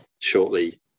shortly